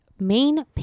main